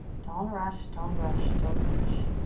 don't rush, don't rush, don't rush.